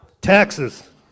Taxes